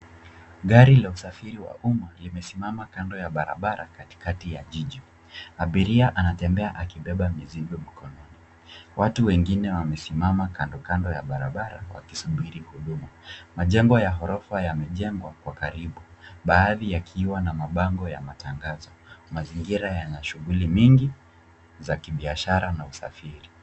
Gari la usafiri wa umma limesimama kando ya barabara katikati ya jiji. Abiria anatembea akibeba mizigo mkononi. Watu wengine wamesimama kando kando ya barabara wakisubiri huduma. Majengo ya ghorofa yamejengwa kwa karibu baadhi yakiwa na mabango ya matangazo. Mazingira yana shughuli nyingi za kibiashara na usafiri.